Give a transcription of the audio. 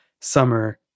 summer